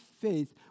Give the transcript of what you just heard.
faith